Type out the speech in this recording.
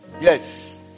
Yes